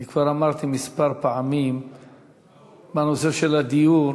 אני כבר אמרתי כמה פעמים בנושא הדיור,